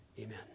Amen